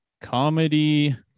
Comedy